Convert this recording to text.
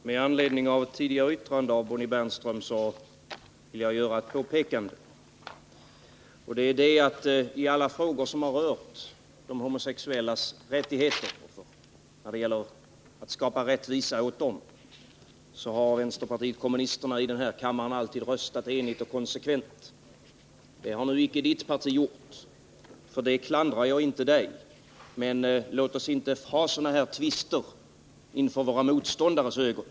Herr talman! Med anledning av ett tidigare yttrande av Bonnie Bernström vill jag göra ett påpekande, nämligen att vänsterpartiet kommunisterna i alla frågor som har rört de homosexuellas rättigheter och åtgärder för att skapa rättvisa åt dem alltid har röstat enigt och konsekvent. Det har nu icke Bonnie Bernströms parti gjort. För detta klandrar jag icke Bonnie Bernström — men låt oss inte ha sådana här tvister inför våra motståndares ögon.